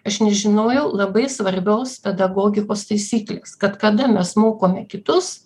aš nežinojau labai svarbios pedagogikos taisyklės kad kada mes mokome kitus